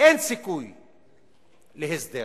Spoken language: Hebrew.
שאין סיכוי להסדר.